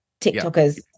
TikTokers